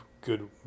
good